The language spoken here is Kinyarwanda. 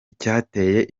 icyateye